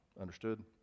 Understood